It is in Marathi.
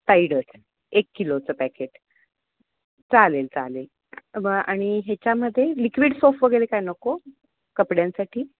टाईडच एक किलोचं पॅकेट चालेल चालेल मग आणि ह्याच्यामध्ये लिक्विड सोफ वगैरे काय नको कपड्यांसाठी